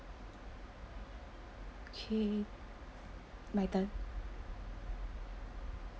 okay my turn